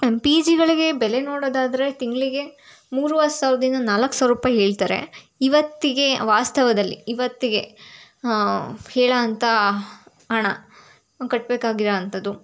P ಜಿಗಳಿಗೆ ಬೆಲೆ ನೋಡೋದಾದರೆ ತಿಂಗಳಿಗೆ ಮೂರುವರೆ ಸಾವಿರದಿಂದ ನಾಲ್ಕು ಸಾವಿರ ರೂಪಾಯಿ ಹೇಳ್ತಾರೆ ಇವತ್ತಿಗೆ ವಾಸ್ತವದಲ್ಲಿ ಇವತ್ತಿಗೆ ಹೇಳುವಂಥ ಹಣ ಕಟ್ಟಬೇಕಾಗಿರೋವಂಥದ್ದು